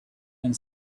and